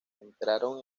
entraron